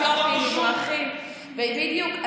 אתיופים, מזרחים, בדיוק.